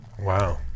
Wow